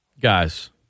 Guys